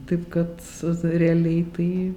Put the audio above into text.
taip kad sus realiai tai